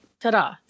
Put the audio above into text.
Ta-da